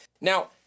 Now